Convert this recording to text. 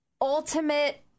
ultimate